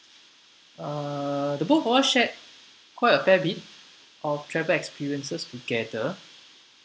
uh the both of us shared quite a fair bit of travel experiences together